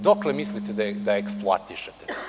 Dokle mislite da eksploatišete to?